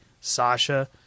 Sasha